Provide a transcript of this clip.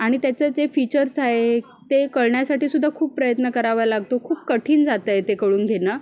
आणि त्याचं जे फीचर्स आहे ते कळण्यासाठी सुद्धा खूप प्रयत्न करावा लागतो खूप कठीण जात आहे ते कळून घेणं